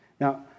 Now